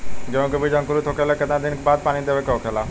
गेहूँ के बिज अंकुरित होखेला के कितना दिन बाद पानी देवे के होखेला?